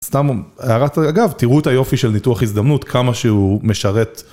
סתם, הערת אגב, תראו את היופי של ניתוח הזדמנות, כמה שהוא משרת.